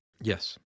Yes